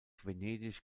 venedig